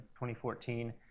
2014